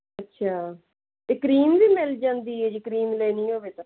ਅੱਛਾ ਅਤੇ ਕਰੀਮ ਵੀ ਮਿਲ ਜਾਂਦੀ ਹੈ ਜੇ ਕਰੀਮ ਲੈਣੀ ਹੋਵੇ ਤਾਂ